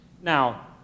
Now